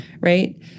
right